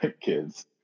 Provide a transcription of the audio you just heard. kids